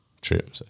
trip